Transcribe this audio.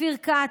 אופיר כץ,